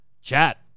Chat